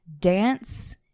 dance